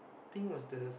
think was the